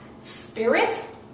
spirit